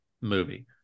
movie